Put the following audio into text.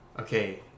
Okay